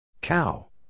Cow